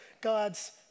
God's